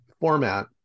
format